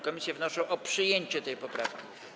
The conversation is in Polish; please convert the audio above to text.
Komisje wnoszą o przyjęcie tej poprawki.